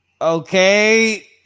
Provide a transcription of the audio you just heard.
Okay